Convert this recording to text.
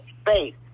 space